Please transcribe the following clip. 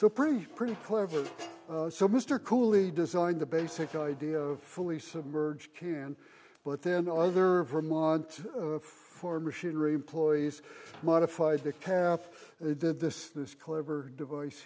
so pretty pretty clever so mr cooley designed the basic idea of fully submerged can but then other vermont for machinery employees modified to calf they did this this clever device